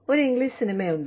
ഒരു ഇംഗ്ലീഷ് സിനിമയുണ്ട്